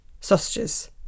sausages